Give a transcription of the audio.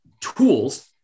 tools –